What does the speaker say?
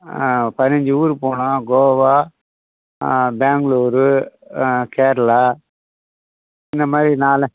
அ பதினஞ்சு ஊர் போகணும் கோவா பெங்களூரு கேரளா இந்தமாதிரி நால